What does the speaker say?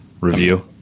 review